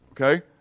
Okay